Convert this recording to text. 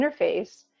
interface